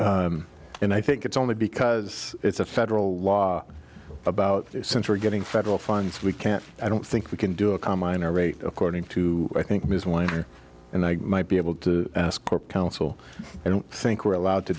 it and i think it's only because it's a federal law about since we're getting federal funds we can't i don't think we can do a combine a rate according to i think mr weiner and i might be able to score counsel i don't think we're allowed to